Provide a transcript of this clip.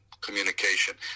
communication